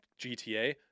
GTA